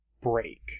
break